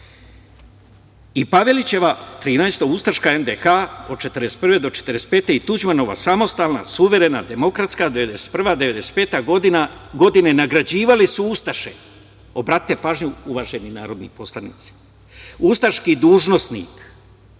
i Pavelićeva, trinaesta ustaška NDH od 1941. do 1945. i Tuđmanova samostalna, suverena demokratska 1991. do 1995. godine, nagrađivali su ustaše, obratite pažnju uvaženi narodni poslanici, ustaški dužnosnik,